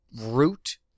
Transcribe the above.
root